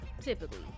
typically